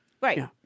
Right